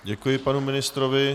Děkuji panu ministrovi.